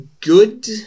good